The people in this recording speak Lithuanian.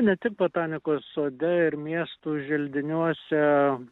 ne tik botanikos sode ir miestų želdiniuose